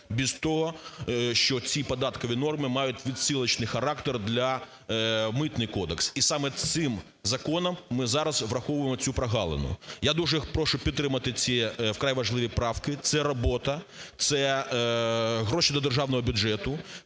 без того, що ці податкові норми мають відсилочний характер для… Митний кодекс. І саме цим законом ми зараз враховуємо цю прогалину. Я дуже прошу підтримати ці вкрай важливі правки. Це робота. Це гроші до державного бюджету,